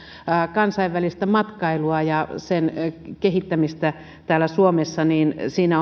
kansainvälistä matkailua ja sen kehittämistä suomessa niin siinä